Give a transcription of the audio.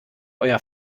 euer